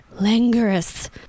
languorous